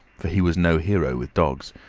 for he was no hero with dogs,